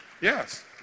Yes